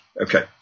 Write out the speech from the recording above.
Okay